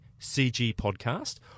CGPodcast